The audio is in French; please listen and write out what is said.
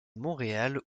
montréal